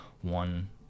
one